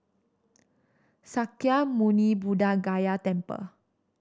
Sakya Muni Buddha Gaya Temple